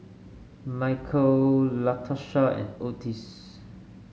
Michal Latarsha and Ottis